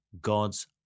God's